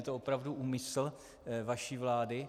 Je to opravdu úmysl vaší vlády?